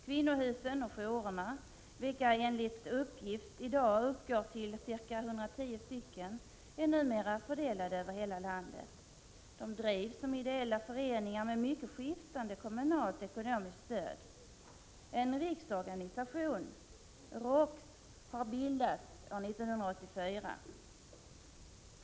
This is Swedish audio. Kvinnohusen och jourerna, vilka enligt uppgift i dag uppgår till ca 110 stycken, är numera fördelade över hela landet. De drivs som ideella föreningar med mycket skiftande kommunalt ekonomiskt stöd. En riksorganisation, ROKS, har bildats år 1984.